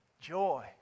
Joy